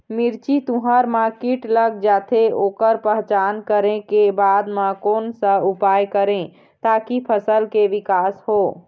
मिर्ची, तुंहर मा कीट लग जाथे ओकर पहचान करें के बाद मा कोन सा उपाय करें ताकि फसल के के विकास हो?